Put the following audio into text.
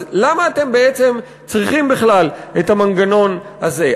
אז למה אתם בעצם צריכים בכלל את המנגנון הזה?